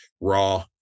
raw